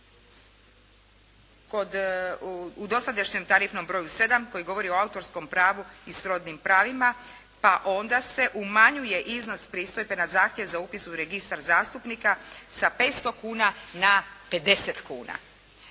u dosadašnjem tarifnom broju sedam koji govori o autorskom pravu i srodnim pravima pa onda se umanjuje iznos pristojbe na zahtjev za upis u registar zastupnika sa 500 kuna na 50 kuna.